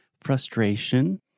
frustration